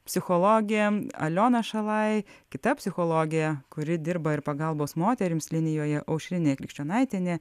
psichologė aliona šalaj kita psichologė kuri dirba ir pagalbos moterims linijoje aušrinė krikščionaitienė